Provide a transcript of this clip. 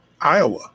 Iowa